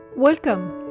Welcome